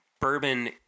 bourbon